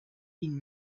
been